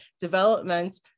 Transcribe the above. development